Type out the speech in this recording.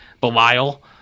belial